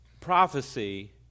prophecy